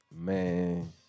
man